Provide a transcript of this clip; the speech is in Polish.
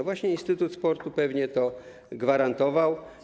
Właśnie Instytut Sportu pewnie to gwarantował.